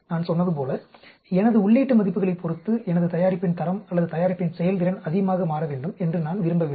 நான் சொன்னது போல் எனது உள்ளீட்டு மதிப்புகளைப் பொறுத்து எனது தயாரிப்பின் தரம் அல்லது தயாரிப்பின் செயல்திறன் அதிகமாக மாற வேண்டும் என்று நான் விரும்பவில்லை